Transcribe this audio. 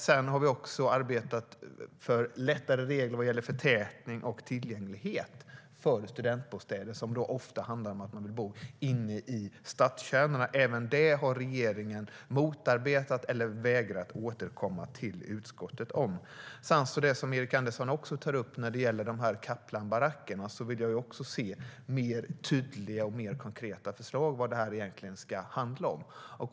Sedan har vi också arbetat för enklare regler när det gäller förtätning och tillgänglighet för studentbostäder. Ofta vill man bo inne i stadskärnorna. Även detta har regeringen motarbetat eller vägrat att återkomma med till utskottet. Erik Andersson tar upp Kaplanbarackerna. Där vill jag också se mer tydliga och konkreta förslag om vad det egentligen handlar om.